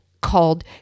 called